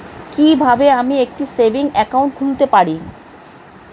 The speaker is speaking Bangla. কি কিভাবে আমি একটি সেভিংস একাউন্ট খুলতে পারি?